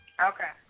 Okay